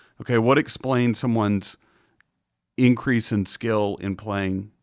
okay, what explains someone's increase in skill in playing